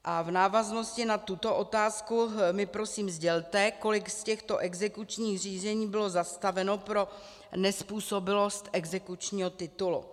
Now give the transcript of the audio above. A v návaznosti na tuto otázku mi prosím sdělte, kolik z těchto exekučních řízení bylo zastaveno pro nezpůsobilost exekučního titulu.